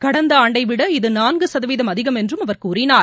கடந்த ஆண்டைவிட இது நான்கு சதவீதம் அதிகம் என்றும் அவர் கூறினார்